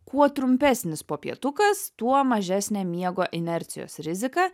kuo trumpesnis popietukas tuo mažesnė miego inercijos rizika